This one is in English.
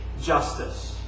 justice